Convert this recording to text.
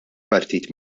partit